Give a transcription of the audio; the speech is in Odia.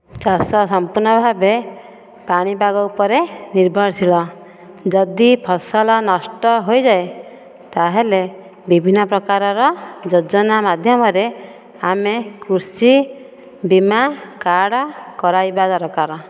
ଚାଷ ସମ୍ପୂର୍ଣ୍ଣ ଭାବେ ପାଣିପାଗ ଉପରେ ନିର୍ଭରଶୀଳ ଯଦି ଫସଲ ନଷ୍ଟ ହୋଇଯାଏ ତାହେଲେ ବିଭିନ୍ନ ପ୍ରକାରର ଯୋଜନା ମାଧ୍ୟମରେ ଆମେ କୃଷି ବୀମା କାର୍ଡ଼ କରାଇବା ଦରକାର